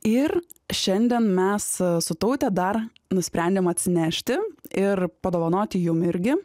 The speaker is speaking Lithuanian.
ir šiandien mes su taute dar nusprendėm atsinešti ir padovanoti jum irgi